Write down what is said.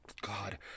God